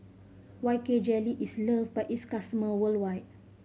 K Y Jelly is love by its customers worldwide